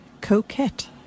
Coquette